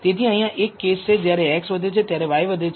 તેથી અહીંયા એક કેસ છે જ્યારે x વધે છે ત્યારે y વધે છે